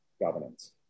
governance